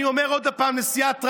אני אומר עוד פעם לסיעת רע"מ: